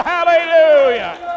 Hallelujah